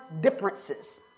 differences